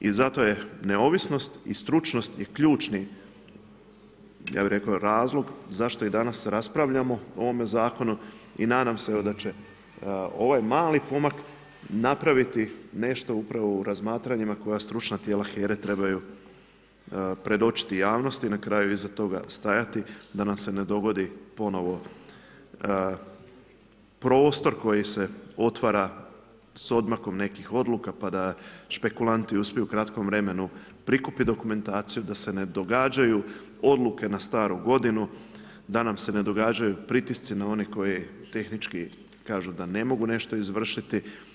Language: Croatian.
I zato je neovisnost i stručnost i ključni ja bih rekao razlog zašto i danas raspravljamo o ovome zakonu i nadam se evo da će ovaj mali pomak napraviti nešto upravo u razmatranjima koja stručna tijela HERA-e trebaju predočiti javnosti, na kraju iza toga stajati da nam se ne dogodi ponovno prostor koji se otvara s odmakom nekih odluka pa da špekulanti uspiju u kratkom vremenu prikupiti dokumentaciju da se ne događaju odluke na staru godinu, da nam se ne događaju pritisci na one koji tehnički kažu da ne mogu nešto izvršiti.